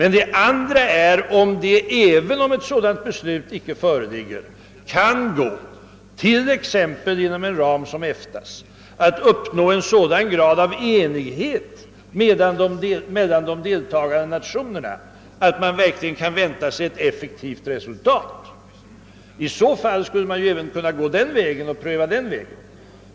I det andra fallet gäller det huruvida det är möjligt, även om ett sådant beslut icke föreligger, att exempelvis inom en ram som EFTA:s uppnå en sådan grad av enighet mellan de deltagande nationerna, att man verkligen kan vänta sig ett effektivt resultat. Under sådana förhållanden skulle man ju även kunna pröva den vägen.